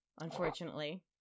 unfortunately